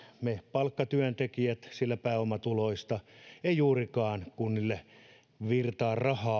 palkkatyöntekijät sillä pääomatuloista ei juurikaan kunnille virtaa